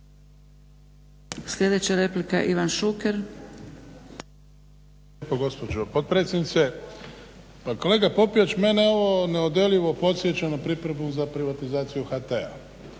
Sljedeća replika Ivan Šuker.